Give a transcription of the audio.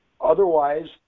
Otherwise